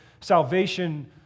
salvation